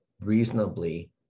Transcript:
reasonably